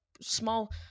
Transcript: small